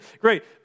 great